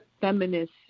feminist